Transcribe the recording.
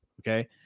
Okay